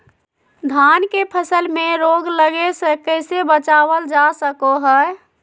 धान के फसल में रोग लगे से कैसे बचाबल जा सको हय?